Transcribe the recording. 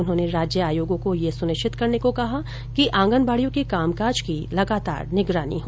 उन्होंने राज्य आयोगों को यह सुनिश्चित करने को ैकहा कि आंगनबाड़ियों के कामकाज की लगातार निगरानी हो